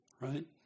Right